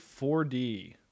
4D